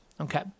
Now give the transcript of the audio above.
Okay